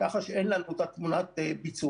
ככה שאין לנו את אותה תמונת ביצוע.